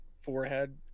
forehead